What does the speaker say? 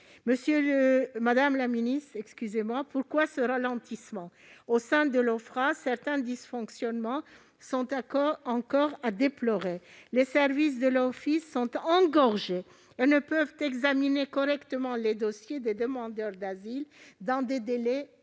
Madame la ministre, pourquoi ce ralentissement ? Au sein de l'Ofpra, certains dysfonctionnements sont encore à déplorer. Les services de l'Office sont engorgés et ne peuvent examiner correctement les dossiers des demandeurs d'asile dans des délais